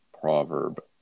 proverb